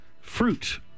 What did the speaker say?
fruit